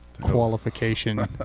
qualification